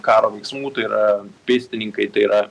karo veiksmų tai yra pėstininkai tai yra